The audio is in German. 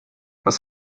was